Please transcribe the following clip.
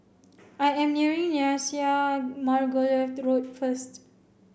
I am Nyasia Margoliouth Road first